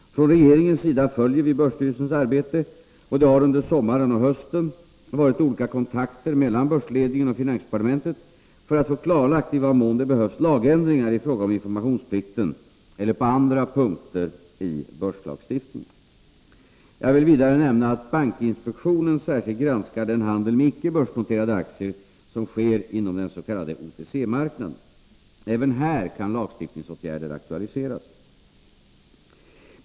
Från regeringens sida följer vi börsstyrelsens arbete, och det har under sommaren och hösten varit olika kontakter mellan börsledningen och finansdepartementet för att få klarlagt i vad mån det behövs lagändringar i fråga om informationsplikten eller på andra punkter i börslagstiftningen. Jag vill vidare nämna att bankinspektionen särskilt granskar den handel med icke börsnoterade aktier som sker inom dens.k. OTC-marknaden. Även här kan lagstiftningsåtgärder aktualiseras.